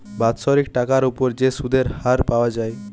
বাৎসরিক টাকার উপর যে সুধের হার পাওয়া যায়